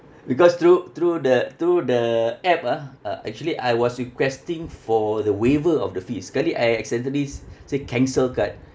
because through through the through the app ah uh actually I was requesting for the waiver of the fees sekali I accidentally s~ say cancel card